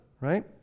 right